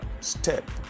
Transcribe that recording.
step